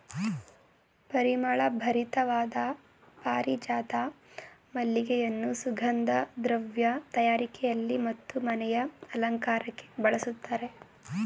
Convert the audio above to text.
ಪರಿಮಳ ಭರಿತವಾದ ಪಾರಿಜಾತ ಮಲ್ಲಿಗೆಯನ್ನು ಸುಗಂಧ ದ್ರವ್ಯ ತಯಾರಿಕೆಯಲ್ಲಿ ಮತ್ತು ಮನೆಯ ಅಲಂಕಾರಕ್ಕೆ ಬಳಸ್ತರೆ